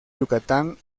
yucatán